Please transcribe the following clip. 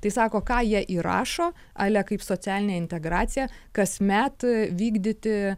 tai sako ką jie įrašo ale kaip socialinė integracija kasmet vykdyti